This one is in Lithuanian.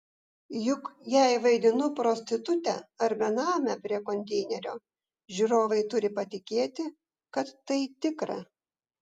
juk jei vaidinu prostitutę ar benamę prie konteinerio žiūrovai turi patikėti kad tai tikra